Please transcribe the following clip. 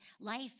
life